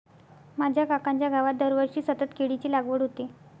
माझ्या काकांच्या गावात दरवर्षी सतत केळीची लागवड होते